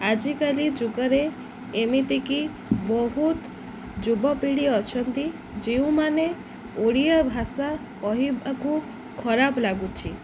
ଆଜିକାଲି ଯୁଗରେ ଏମିତିକି ବହୁତ ଯୁବପିଢ଼ି ଅଛନ୍ତି ଯେଉଁମାନେ ଓଡ଼ିଆ ଭାଷା କହିବାକୁ ଖରାପ ଲାଗୁଛି